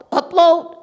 upload